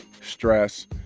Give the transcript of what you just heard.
stress